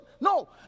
No